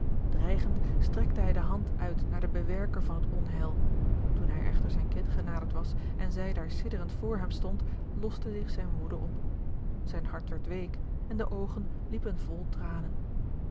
strekte hij de hand uit naar den bewerker van het onheil toen hij echter zijn kind genaderd was en zij daar sidderend voor hem stond loste zich zijne woede op zijn hart werd week en de oogen liepen vol tranen